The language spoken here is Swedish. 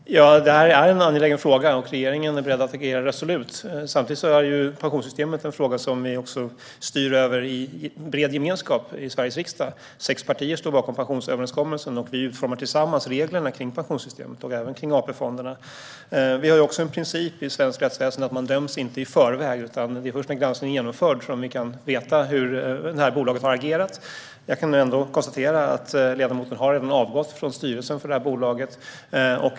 Fru talman! Det här är en angelägen fråga, och regeringen är beredd att agera resolut. Samtidigt är pensionssystemet en fråga som vi styr över i bred gemenskap i Sveriges riksdag. Sex partier står bakom pensionsöverenskommelsen, och vi utformar tillsammans reglerna för pensionssystemet och även för AP-fonderna. En princip i svenskt rättsväsen är att man inte döms i förväg. Det är först när granskningen är genomförd som vi kan veta hur detta bolag har agerat. Jag kan ändå konstatera att ledamoten har avgått från styrelsen för bolaget.